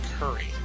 Curry